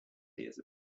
hears